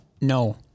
No